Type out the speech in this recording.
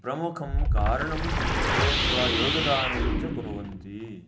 प्रमुखं कारणं भूत्वा योगदानं च कुर्वन्ति